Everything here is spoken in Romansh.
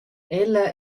ella